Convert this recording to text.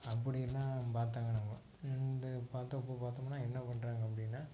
அப்படி எல்லாம் பார்த்தவங்க நம்ம இந்த பார்த்தப்ப பார்த்தோம்னா என்ன பண்ணுறாங்க அப்படின்னா